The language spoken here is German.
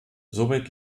somit